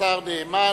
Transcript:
השר נאמן,